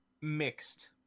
mixed